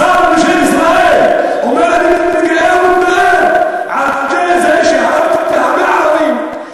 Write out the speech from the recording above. שר בממשלת ישראל אומר: אני מתגאה ומתפאר בזה שהרגתי הרבה ערבים,